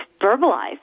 verbalize